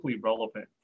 relevant